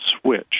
switch